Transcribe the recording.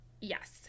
Yes